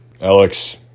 Alex